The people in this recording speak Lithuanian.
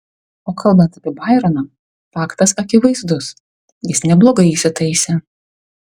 o kalbant apie baironą faktas akivaizdus jis neblogai įsitaisė